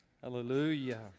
hallelujah